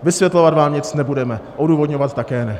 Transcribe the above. Vysvětlovat vám nic nebudeme, odůvodňovat také ne.